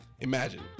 Imagine